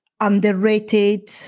underrated